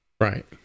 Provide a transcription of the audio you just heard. right